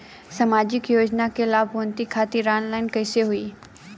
सामाजिक योजना क लाभान्वित खातिर ऑनलाइन कईसे होई?